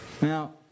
Now